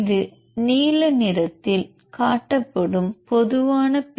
இது நீல நிறத்தில் காட்டப்படும் பொதுவான பி